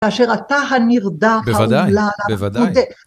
כאשר אתה הנרדף, האומלל - בוודאי.